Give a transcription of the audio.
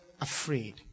afraid